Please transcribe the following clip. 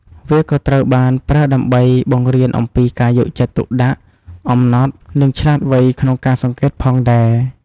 វាក៏ត្រូវបានប្រើដើម្បីបង្រៀនអំពីការយកចិត្តទុកដាក់ អំណត់ និងឆ្លាតវៃក្នុងការសង្កេតផងដែរ។